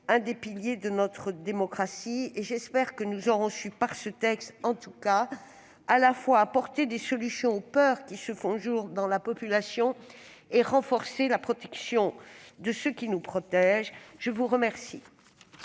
l'un des piliers de notre démocratie. J'espère que nous aurons su, par ce texte, apporter des solutions aux peurs qui se font jour dans la population et renforcer la protection de ceux qui nous protègent. La discussion